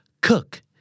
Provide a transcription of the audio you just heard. Cook